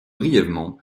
brièvement